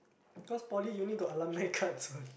cause poly uni got alumni cards what